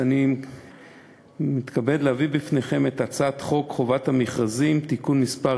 אני מתכבד להביא בפניכם את הצעת חוק חובת המכרזים (תיקון מס'